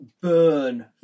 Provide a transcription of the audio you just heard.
burn